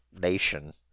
nation